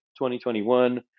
2021